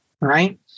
right